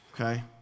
Okay